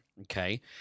okay